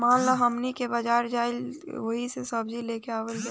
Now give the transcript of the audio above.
मान ल हमनी के बजारे जाइल जाइत ओहिजा से सब्जी लेके आवल जाई